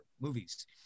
movies